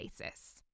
basis